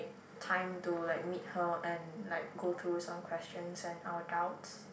time to like meet her and like go through some questions and our doubts